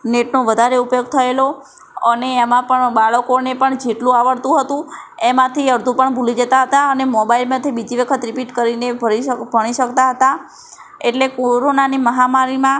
નેટનો વધારે ઉપયોગ થએલો અને એમાં પણ બાળકોને પણ જેટલું આવડતું હતું એમાંથી અડધું પણ ભુલી જતા હતા અને મોબાઈલમાંથી બીજી વખત રિપીટ કરીને ભણી શકતા હતા એટલે કોરોનાની મહામારીમાં